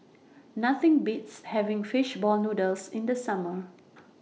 Nothing Beats having Fish Ball Noodles in The Summer